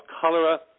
cholera